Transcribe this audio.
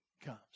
comes